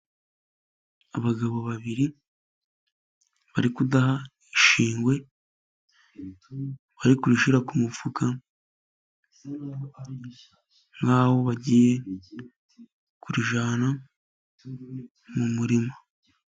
Abagabo babiri bari kudaha ishingwe, barikwishyira ku mufuka nk'aho bagiye kurijana mu murima.